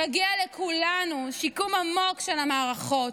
מגיע לכולנו שיקום עמוק של המערכות,